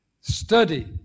Study